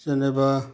जेनेबा